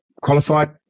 qualified